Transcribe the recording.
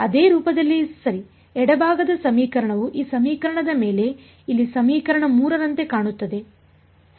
ಅದೇ ರೂಪದಲ್ಲಿ ಸರಿ ಎಡ ಭಾಗದ ಸಮೀಕರಣವು ಈ ಸಮೀಕರಣದ ಮೇಲೆ ಇಲ್ಲಿ ಸಮೀಕರಣ 3 ರಂತೆ ಕಾಣುತ್ತದೆ ಸರಿ